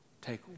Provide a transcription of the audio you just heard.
Take